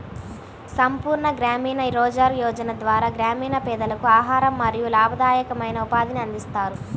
సంపూర్ణ గ్రామీణ రోజ్గార్ యోజన ద్వారా గ్రామీణ పేదలకు ఆహారం మరియు లాభదాయకమైన ఉపాధిని అందిస్తారు